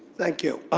thank you.